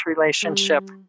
relationship